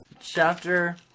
Chapter